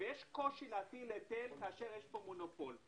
יש שיקולים משקיים.